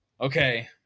Okay